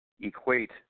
equate